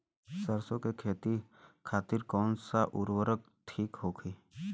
सरसो के खेती खातीन कवन सा उर्वरक थिक होखी?